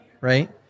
right